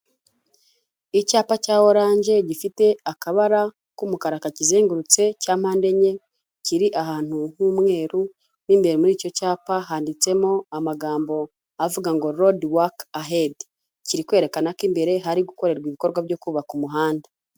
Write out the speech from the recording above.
Icyapa cya orange gifite akabara k'umukara kakizengurutse cyampande enye kiri ahantu h'umweru mwimbere muri icyo cyapa handitsemo amagambo avuga ngo "ROAD WORK A HEAD" kiri kwerekana ko imbere hari gukorerwa ibikorwa byo kubaka umuhanda.